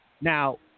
Now